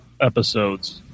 episodes